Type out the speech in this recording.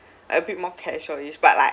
a bit more casual it is but like